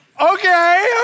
okay